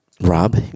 Rob